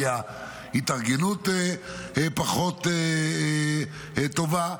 כי ההתארגנות פחות טובה.